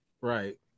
Right